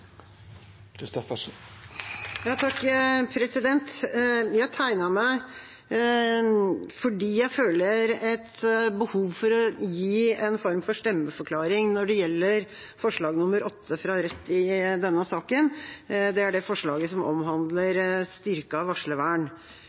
Jeg tegnet meg fordi jeg føler behov for å gi en form for stemmeforklaring når det gjelder forslag nr. 8 fra Rødt i denne saken. Det er det forslaget som omhandler styrket varslervern.